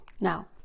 Now